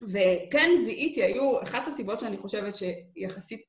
וכן זיהיתי, היו אחת הסיבות שאני חושבת שיחסית...